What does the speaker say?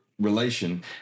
relation